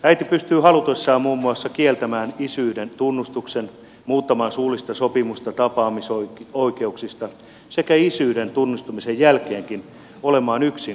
äiti pystyy halutessaan muun muassa kieltämään isyyden tunnustuksen muuttamaan suullista sopimusta tapaamisoikeuksista sekä isyyden tunnustamisen jälkeenkin olemaan yksin lapsen hoitaja